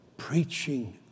preaching